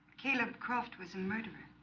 caleb croft was a murderer